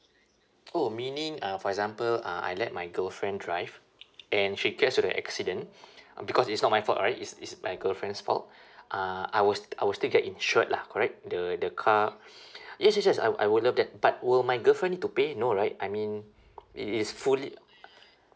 oh meaning uh for example uh I let my girlfriend drive and she gets to the accident because it's not my fault right it's it's my girlfriend's fault uh I will st~ I will still get insured lah correct the the car yes yes yes I would I would love that but will my girlfriend need to pay no right I mean it is fully